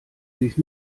sich